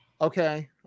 Okay